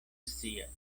scias